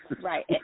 Right